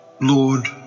Lord